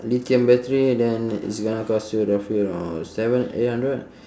lithium battery then it's gonna cost you roughly around seven eight hundred